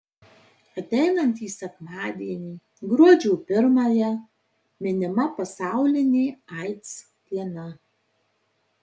ateinantį sekmadienį gruodžio pirmąją minima pasaulinė aids diena